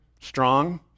strong